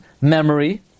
memory